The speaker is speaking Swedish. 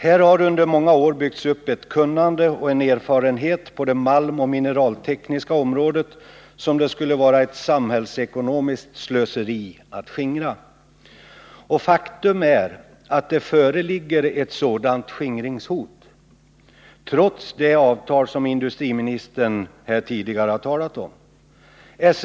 Där har under många år byggts upp ett kunnande och en erfarenhet på det malmoch mineraltekniska området som det skulle vara ett samhällsekonomiskt slöseri att skingra. Och faktum är att det föreligger ett sådant skingringshot, trots det avtal som industriministern här tidigare har talat om.